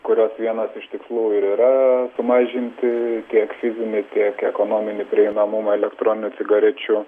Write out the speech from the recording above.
kurios vienas iš tikslų ir yra sumažinti tiek fizinį tiek ekonominį prieinamumą elektroninių cigarečių